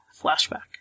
flashback